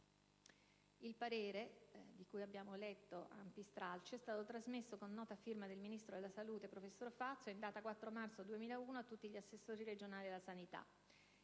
Il parere di cui abbiamo letto ampi stralci è stato trasmesso, con nota a firma del Ministro della salute, professor Fazio, in data 4 marzo 2001, a tutti gli assessori regionali alla sanità,